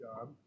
job